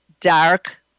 dark